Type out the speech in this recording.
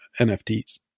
NFTs